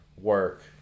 work